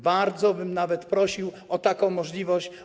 Bardzo bym nawet prosił o taką możliwość.